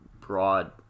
broad